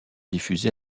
diffusé